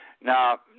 Now